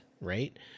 right